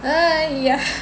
!aiya!